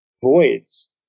voids